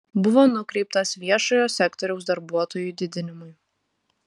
buvo nukreiptas viešojo sektoriaus darbuotojų didinimui